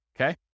okay